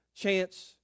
chance